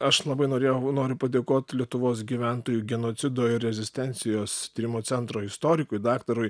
aš labai norėjau noriu padėkot lietuvos gyventojų genocido ir rezistencijos tyrimo centro istorikui daktarui